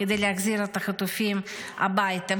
כדי להחזיר את החטופים הביתה,